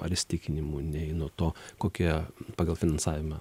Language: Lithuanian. ar įsitikinimų nei nuo to kokioje pagal finansavimą